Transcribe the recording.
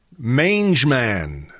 Mangeman